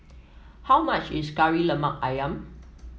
how much is Kari Lemak ayam